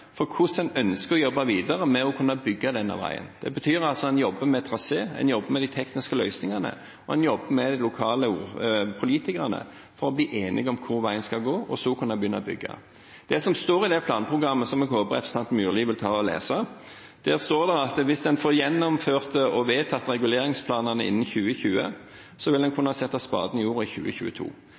hvordan en ønsker å jobbe videre med å bygge denne veien. Det betyr altså at en jobber med trasé, en jobber med de tekniske løsningene, og en jobber med de lokale politikerne for å bli enige om hvor veien skal gå, og så kunne begynne å bygge. Det som står i det planprogrammet, som jeg håper representanten Myrli vil lese, er at hvis en får gjennomført og vedtatt reguleringsplanene innen 2020, vil en kunne sette spaden i jorda i 2022.